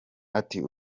ati